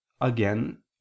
Again